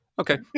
Okay